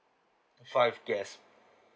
five guests